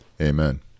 Amen